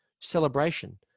celebration